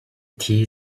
tea